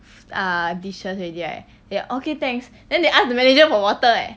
err dishes already right then okay thanks then they ask the manager for water eh